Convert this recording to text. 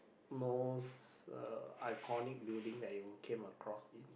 most uh iconic building that you came across in